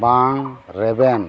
ᱵᱟᱝ ᱨᱮᱵᱮᱱ